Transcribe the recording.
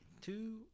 two